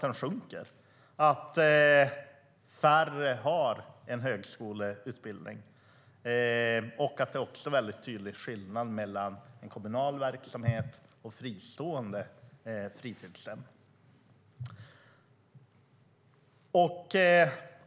Den sjunker, färre har en högskoleutbildning och det är tydlig skillnad mellan kommunal verksamhet och fristående fritidshem.